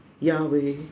Yahweh